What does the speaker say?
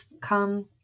come